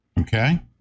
Okay